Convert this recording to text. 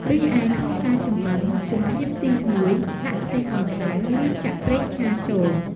រីឯក្នុងការចំអិន ជំហានទីមួយ ដាក់ខ្ទះឱ្យក្តៅ រួចចាក់ប្រេងឆាចូល។